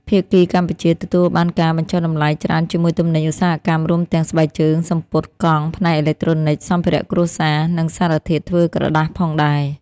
ភាគីកម្ពុជា ទទួលបានការបញ្ចុះតម្លៃច្រើនជាមួយទំនិញឧស្សាហកម្ម រួមទាំង ស្បែកជើង, សំពត់, កង់, ផ្នែកអេឡិចត្រូនិក, សម្ភារៈគ្រួសារ, និងសារធាតុធ្វើក្រដាសផងដែរ ។